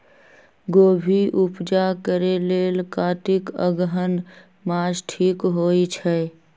गोभि उपजा करेलेल कातिक अगहन मास ठीक होई छै